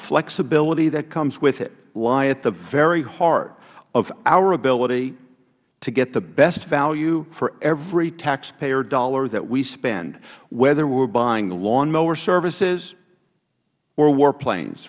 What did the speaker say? flexibility that comes with it lie at the very heart of our ability to get the best value for every taxpayer dollar that we spend whether we are buying lawnmower services or war planes